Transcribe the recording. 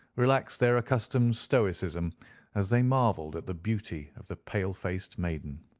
relaxed their accustomed stoicism as they marvelled at the beauty of the pale-faced maiden.